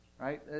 Right